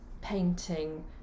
painting